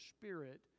spirit